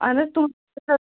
اہن حظ تُہُنٛد